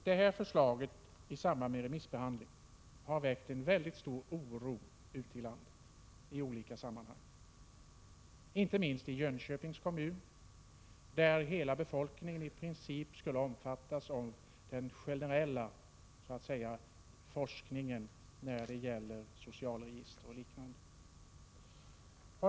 Det här förslaget har i samband med remissbehandlingen väckt väldigt stor oro i olika sammanhang bland människor ute i landet — inte minst i Jönköpings kommun, där i princip hela befolkningen skall omfattas av den generella forskningen när det gäller socialregister och liknande saker.